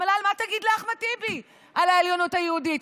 מה תגיד לאחמד טיבי על העליונות היהודית?